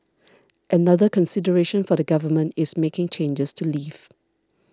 another consideration for the Government is making changes to leave